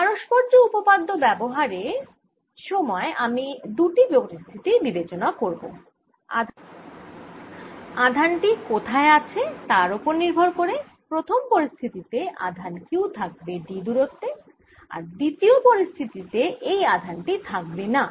পারস্পর্য্য উপপাদ্য ব্যবহারের সময় আমি দুটি পরিস্থিতি বিবেচনা করব আধান টি কোথায় আছে তার ওপর নির্ভর করে প্রথম পরিস্থিতি তে আধান Q থাকবে d দূরত্বে আর দ্বিতীয় পরিস্থিতি তে এই আধান টি থাকবেনা